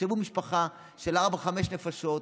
תחשבו על משפחה של ארבע-חמש נפשות,